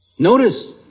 Notice